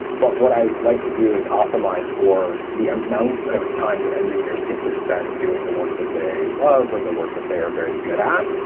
but what i would like to do is optimize for the amount of time that engineers get to spend doing the work that they love or the work that they are very good at.